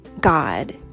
God